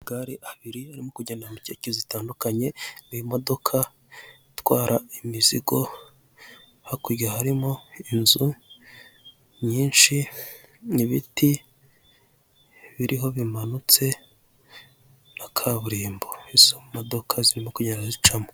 Amagare abiri arimo kugenda mu nkeke zitandukanye iyo modoka itwara imizigo hakurya harimo inzu nyinshi n'ibiti biriho bimanutse na kaburimbo izo modoka zirimo kugenda zicamo.